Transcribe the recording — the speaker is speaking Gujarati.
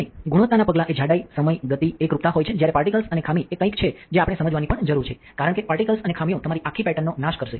અને ગુણવત્તાના પગલાં એ જાડાઈ સમય ગતિ એકરૂપતા હોય છે જ્યારે પાર્ટિકલ્સ અને ખામી એ કંઈક છે જે આપણે સમજવાની પણ જરૂર છે કારણ કે પાર્ટિકલ્સ અને ખામીઓ તમારી આખી પેટર્નનો નાશ કરશે